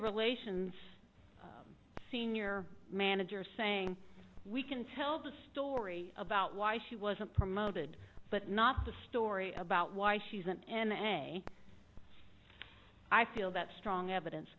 relations senior manager saying we can tell the story about why she wasn't promoted but not the story about why she isn't in a i feel that strong evidence